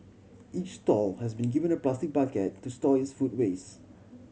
each stall has been given a plastic bucket to store its food waste